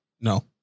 No